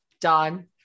Done